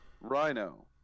Rhino